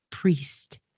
priest